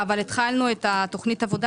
התחלנו את תוכנית העבודה